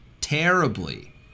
terribly